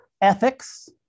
Ethics